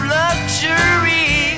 luxury